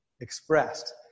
expressed